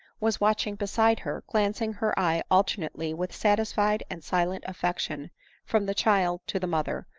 was watch ing beside her, glancing her eye alternately with satisfied and silent affection from the child to the mother,